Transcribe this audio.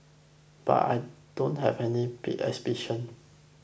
but I don't have any big ambition